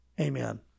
Amen